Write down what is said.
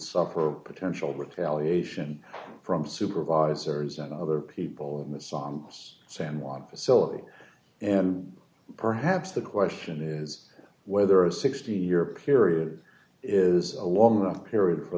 suffer a potential retaliation from supervisors and other people in the songs san juan facility and perhaps the question is whether a sixteen year period is a long enough period for